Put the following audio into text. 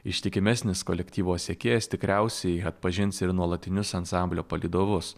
ištikimesnis kolektyvo sekėjas tikriausiai atpažins ir nuolatinius ansamblio palydovus